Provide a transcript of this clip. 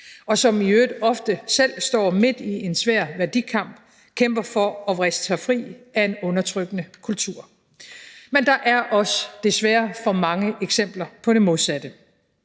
og som i øvrigt ofte selv står midt i en svær værdikamp og kæmper for at vriste sig fri af en undertrykkende kultur. Men der er desværre også for mange eksempler på det modsatte: